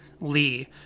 Lee